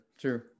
true